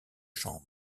chambre